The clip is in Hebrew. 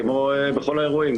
כמו בכל האירועים.